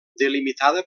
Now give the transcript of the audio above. delimitada